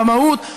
במהות,